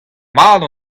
mat